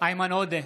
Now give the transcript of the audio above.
איימן עודה,